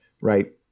right